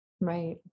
Right